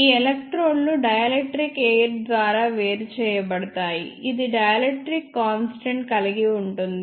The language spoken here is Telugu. ఈ ఎలక్ట్రోడ్లు డైఎలెక్ట్రిక్ ఎయిర్ ద్వారా వేరు చేయబడతాయి ఇది డైఎలెక్ట్రిక్ కాన్స్టెంట్ కలిగి ఉంటుంది